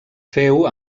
féu